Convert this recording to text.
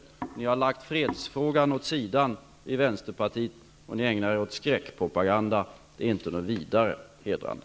Ni har i Vänsterpartiet lagt fredsfrågan åt sidan och ägnar er åt skräckpropaganda. Det är inte något vidare hedrande.